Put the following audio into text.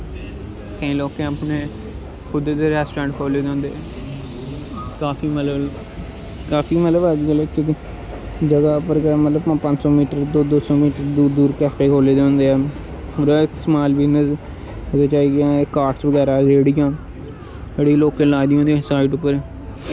केईं लोकें अपने खुद दे रैस्टोरैंट खोह्ल्ले दे होंदे काफी मतलब काफी मतलब अजकल जगह् उप्पर गै मतलब पंज पंज सौ मीटर दो दो सौ मीटर दूर कैफे खोह्ल्ले दे होंदे ऐ मतलब समाल बिजनस ओह्दे च आइयै कारां बगैरा रेह्ड़ियां बड़ें लोकैं लाई दियां होंदियां साईड उप्पर